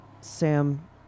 Sam